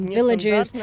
villages